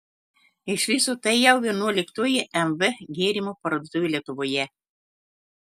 iš viso tai jau vienuoliktoji mv gėrimų parduotuvė lietuvoje